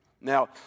Now